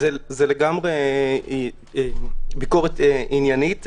זו ביקורת עניינית לגמרי.